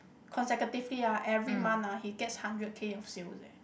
consecutively ah every month ah he gets hundred K of sales eh